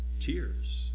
tears